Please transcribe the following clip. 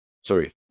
sorry